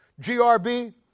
GRB